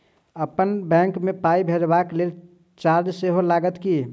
अप्पन बैंक मे पाई भेजबाक लेल चार्ज सेहो लागत की?